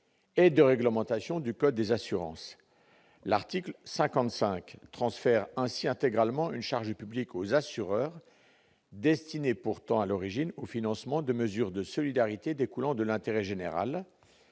et de réglementation du code des assurances, l'article 55 transfert ainsi intégralement une charge publique aux assureurs, destiné pourtant à l'origine au financement de mesures de solidarité découlant de l'intérêt général,